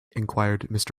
inquired